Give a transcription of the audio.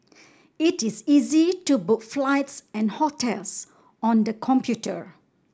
it is easy to book flights and hotels on the computer